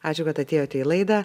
ačiū kad atėjote į laidą